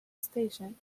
station